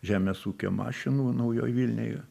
žemės ūkio mašinų naujoj vilnioje